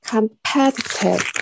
Competitive